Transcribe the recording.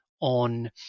on